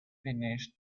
finished